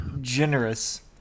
generous